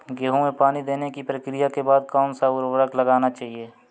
गेहूँ में पानी देने की प्रक्रिया के बाद कौन सा उर्वरक लगाना चाहिए?